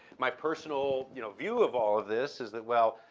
my personal you know view of all of this is that, well,